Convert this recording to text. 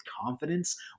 confidence